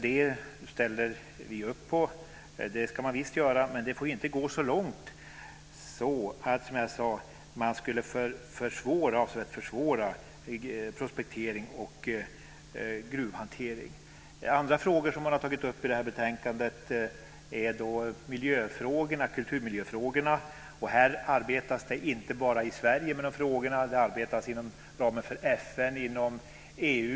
Detta ställer vi upp på, för det ska man visst göra. Dock får det inte gå så långt att, som sagt, prospektering och gruvhantering avsevärt försvåras. Andra frågor som tas upp i det här betänkandet är kulturmiljöfrågor. Med de frågorna arbetas det inte bara i Sverige utan också inom ramen för FN och inom EU.